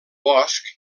bosc